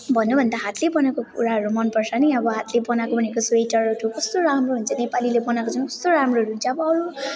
भन्नु भने त हातले बनाएको कुराहरू मनपर्छ नि अब हातले बनाएको भनेको स्वेटरहरू कस्तो राम्रो हुन्छ नेपालीले बनाएको झन् कस्तो राम्रोहरू हुन्छ अब अरू